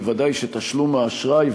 ודאי שתשלום האשראי,